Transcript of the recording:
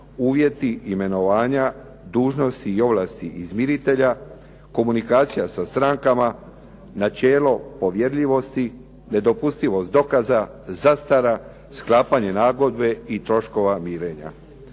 uvjeti, imenovanja, dužnosti i ovlasti izmiritelja, komunikacija sa strankama, načelo povjerljivosti, nedopustivost dokaza, zastara, sklapanje nagodbe i troškova mirenja.